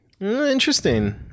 Interesting